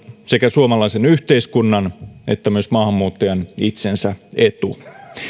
sekä suomalaisen yhteiskunnan että myös maahanmuuttajan itsensä etu